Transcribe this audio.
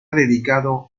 dedicado